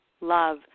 love